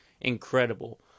incredible